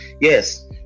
Yes